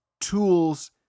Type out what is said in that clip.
tools